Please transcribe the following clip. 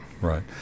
Right